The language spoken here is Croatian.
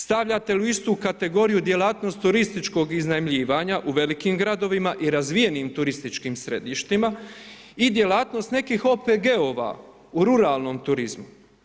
Stavljate li u istu kategoriju djelatnost turističkog iznajmljivanja u velikim gradovima i razvijenim turističkim središtima i djelatnost nekih OPG-ova u ruralnom turizmu.